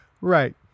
Right